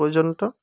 পৰ্যন্ত